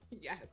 Yes